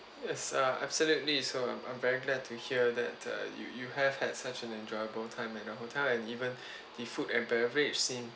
yes uh absolutely so I'm I'm very glad to hear that uh you you have had such an enjoyable time and the hotel and even the food and beverage seem